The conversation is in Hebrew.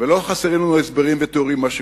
ולא חסרים לנו הסברים ותיאורים למה שקורה.